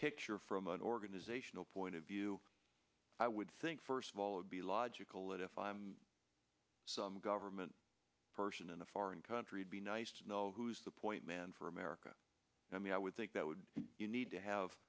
picture from an organizational point of view i would think first of all it be logical that if i'm some government person in a foreign country to be nice to know who's the point man for america i mean i would think that would you need to have